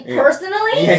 personally